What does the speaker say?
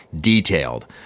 detailed